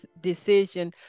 decision